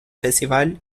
festival